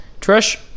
Trish